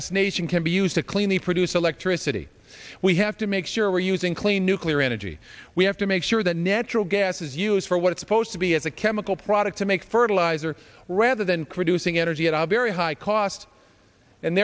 this nation can be used to clean the produce electricity we have to make sure we're using clean nuclear energy we have to make sure that natural gas is used for what it supposed to be as a chemical product to make fertilizer rather than criticizing energy at abare high cost and